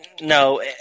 No